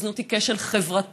הזנות היא כשל חברתי.